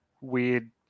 weird